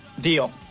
Deal